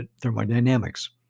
thermodynamics